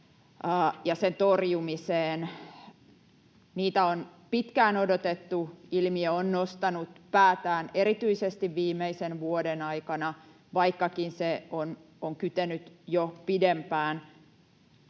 sen torjumiseen. Niitä on pitkään odotettu. Ilmiö on nostanut päätään erityisesti viimeisen vuoden aikana, vaikkakin se on kytenyt jo pidempään.